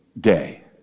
Day